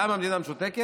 למה המדינה משותקת?